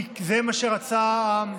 כי זה מה שרצה העם,